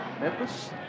Memphis